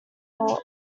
thought